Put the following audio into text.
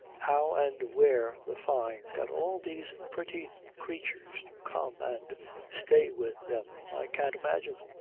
how and where the fynes got all these pretty creatures to come and stay with them i can't imagine.